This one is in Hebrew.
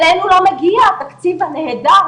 אלינו לא מגיע התקציב הנהדר,